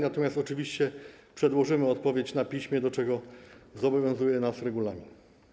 Natomiast oczywiście przedłożymy odpowiedź na piśmie, do czego zobowiązuje nas regulamin.